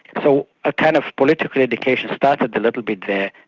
so a kind of political education started a little bit there.